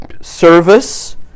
service